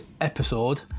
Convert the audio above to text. episode